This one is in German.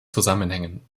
zusammenhängen